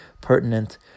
pertinent